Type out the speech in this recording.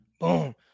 Boom